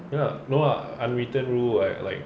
ya no lah uh unwritten rule what like